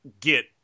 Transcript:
get